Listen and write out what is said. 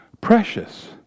precious